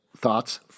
Thoughts